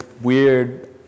weird